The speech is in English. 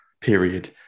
period